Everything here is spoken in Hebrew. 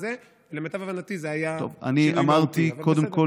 למיטב הבנתי, זה היה שנוי במחלוקת, אבל בסדר.